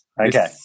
Okay